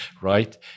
right